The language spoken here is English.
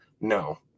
No